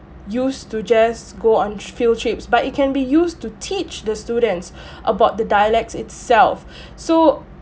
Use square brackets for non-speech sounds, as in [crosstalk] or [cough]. used to just go on field trips but it can be used to teach the students [breath] about the dialects itself [breath] so